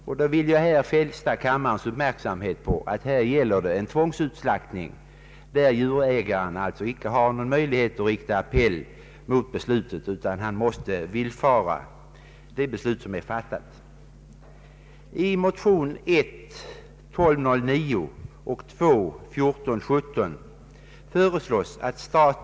Jag vill fästa kammarens uppmärksamhet på att det här gäller en tvångsutslaktning, där djurägaren alltså inte har någon möjlighet till appell utan måste följa det beslut som är fattat.